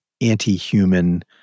anti-human